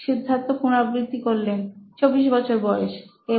সিদ্ধার্থ 24 বছর বয়স এবং